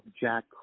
Jack